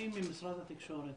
מי ממשרד התקשורת?